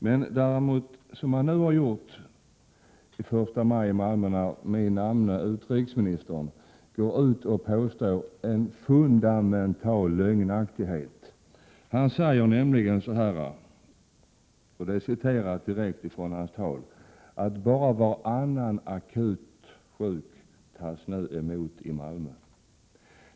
Men vad som skedde den 1 maj i Malmö var att min namne utrikesministern påstod någonting som var fundamentalt lögnaktigt. Han sade nämligen — citerat direkt från hans tal — att ”bara varannan akut sjuk tas nu emot i Malmö”.